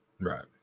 Right